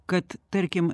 kad tarkim